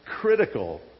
critical